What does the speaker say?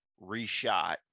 reshot